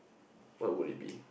what would it be